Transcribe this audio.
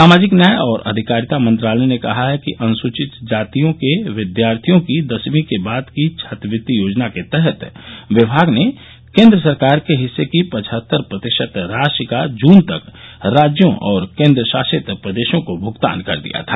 सामाजिक न्याय और अधिकारिता मंत्रालय ने कहा है कि अनुसूचित जातियों के विद्यार्थियों की दसवीं के बाद की छात्रवृत्ति योजना के तहत विभाग ने केंद्र सरकार के हिस्से की पचहत्तर प्रतिशत राशि का जून तक राज्यों और केंद्रशासित प्रदेशों को भुगतान कर दिया था